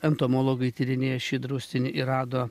entomologai tyrinėjo šį draustinį ir rado